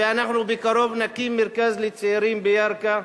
ובקרוב נקים מרכז לצעירים בירכא,